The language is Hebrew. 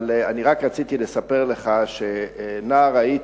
אבל אני רק רציתי לספר לך שנער הייתי,